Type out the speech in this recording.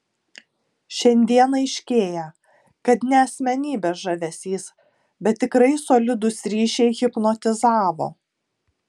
šiandien aiškėja kad ne asmenybės žavesys bet tikrai solidūs ryšiai hipnotizavo